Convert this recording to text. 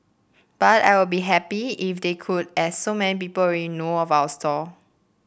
but I would be happy if they could as so many people in know of our stall